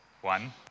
one